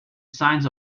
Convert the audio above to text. signs